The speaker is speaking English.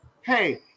hey